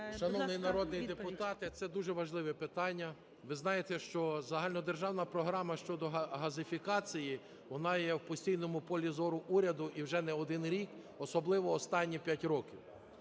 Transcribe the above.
Шановний народний депутате, це дуже важливе питання. Ви знаєте, що загальнодержавна програма щодо газифікації вона є в постійному полі зору уряду, і вже не один рік, особливо останні 5 років.